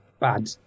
bad